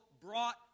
brought